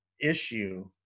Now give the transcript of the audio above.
issue